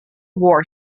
war